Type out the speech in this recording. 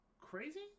crazy